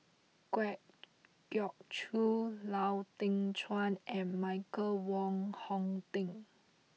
Kwa Geok Choo Lau Teng Chuan and Michael Wong Hong Teng